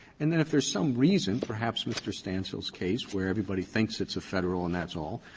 and then if there's some reason, perhaps mr. stancil's case, where everybody thinks it's a federal and that's all,